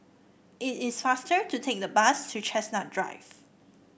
it is faster to take the bus to Chestnut Drive